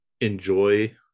enjoy